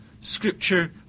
Scripture